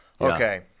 Okay